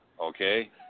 Okay